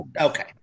Okay